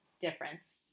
difference